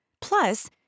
Plus